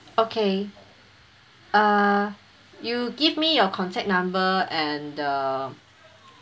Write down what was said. okay err you give me your contact number and the